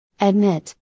Admit